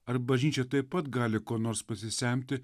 ar bažnyčia taip pat gali ko nors pasisemti